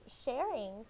sharing